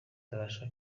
barashaka